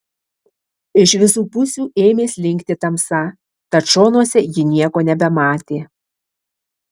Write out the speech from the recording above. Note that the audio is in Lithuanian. iš visų pusių ėmė slinkti tamsa tad šonuose ji nieko nebematė